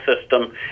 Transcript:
system